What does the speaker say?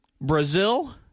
Brazil